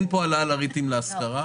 אין העלאה לריטים להשכרה.